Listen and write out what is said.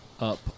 up